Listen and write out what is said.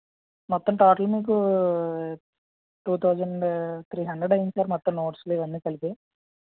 మొత్తం టోటల్ మీకు two thousand three hundred అయింది సార్ మొత్తం నోట్స్లు ఇవన్నీ కలిపి